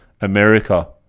America